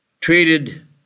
treated